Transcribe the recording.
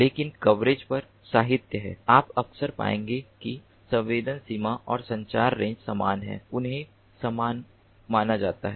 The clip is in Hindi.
लेकिन कवरेज पर साहित्य में आप अक्सर पाएंगे कि संवेदन सीमा और संचार रेंज समान हैं उन्हें समान माना जाता है